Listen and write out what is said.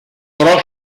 pro